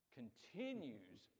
continues